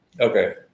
Okay